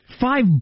Five